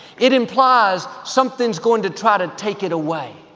it implies something's going to try to take it away.